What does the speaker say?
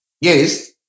Yes